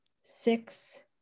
six